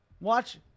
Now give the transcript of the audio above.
Watch